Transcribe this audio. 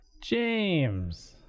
James